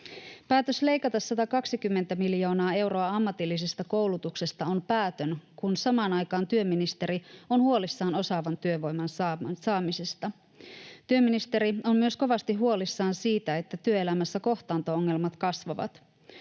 Päätös leikata 120 miljoonaa euroa ammatillisesta koulutuksesta on päätön, kun samaan aikaan työministeri on huolissaan osaavan työvoiman saamisesta. Työministeri on myös kovasti huolissaan siitä, että työelämässä kohtaanto-ongelmat kasvavat.